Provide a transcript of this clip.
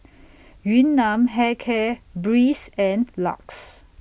Yun Nam Hair Care Breeze and LUX